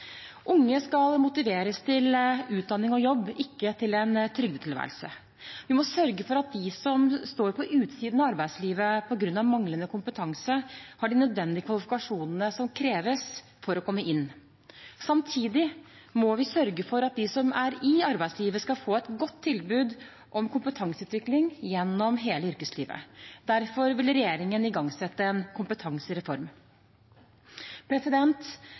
Unge skal motiveres til utdanning og jobb, ikke til en trygdetilværelse. Vi må sørge for at de som står på utsiden av arbeidslivet på grunn av manglende kompetanse, har de nødvendige kvalifikasjonene som kreves for å komme inn. Samtidig må vi sørge for at de som er i arbeidslivet, skal få et godt tilbud om kompetanseutvikling gjennom hele yrkeslivet. Derfor vil regjeringen igangsette en kompetansereform.